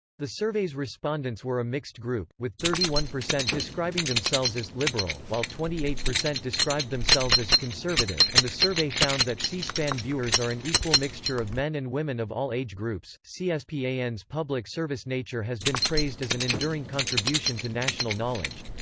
the survey's respondents were a mixed group, with thirty one percent describing themselves as liberal, while twenty eight percent described themselves as conservative, and the survey found that c-span viewers are an equal mixture of men and women of all age groups c-span's public service nature has been praised as an enduring contribution to national knowledge.